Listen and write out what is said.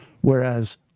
Whereas